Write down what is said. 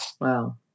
Wow